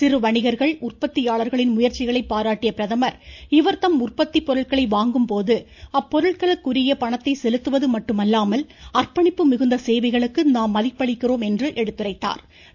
சிறு வணிகர்கள் உற்பத்தியாளர்களின் முயற்சிகளை பாராட்டிய பிரதமர் இவர்தம் உற்பத்தி பொருட்களை வாங்கும்போது அப்பொருட்களுக்குரிய பணத்தை செலுத்துவது மட்டுமல்லாமல் அர்ப்பணிப்பு மிகுந்த சேவைகளுக்கு நாம் மதிப்பளிக்கிறோம் என்று எடுத்துரைத்தாா்